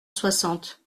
soixante